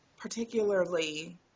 particularly